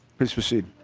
please proceed.